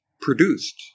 produced